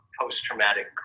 post-traumatic